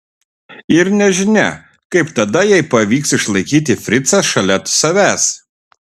ir nežinia kaip tada jai pavyks išlaikyti fricą šalia savęs